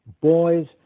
Boys